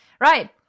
Right